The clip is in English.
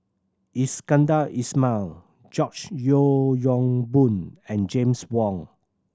Iskandar Ismail George Yeo Yong Boon and James Wong